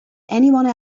anyone